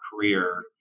career